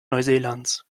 neuseelands